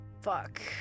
fuck